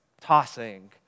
tossing